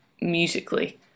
musically